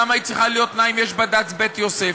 למה היא צריכה להיות תנאי אם יש בד"ץ "בית יוסף"?